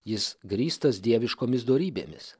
jis grįstas dieviškomis dorybėmis